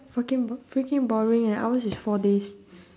fucking bor~ freaking boring eh ours is four days